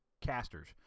casters